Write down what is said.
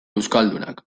euskaldunak